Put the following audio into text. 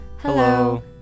Hello